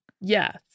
yes